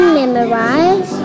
memorize